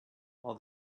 all